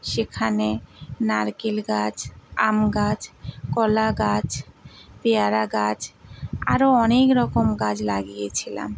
সেখানে নারকেল গাছ আম গাছ কলা গাছ পেয়ারা গাছ আরও অনেক রকম গাছ লাগিয়েছিলাম